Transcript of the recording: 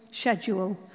schedule